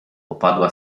opadła